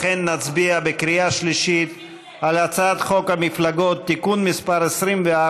לכן נצביע בקריאה שלישית על הצעת חוק המפלגות (תיקון מס' 24),